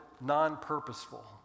non-purposeful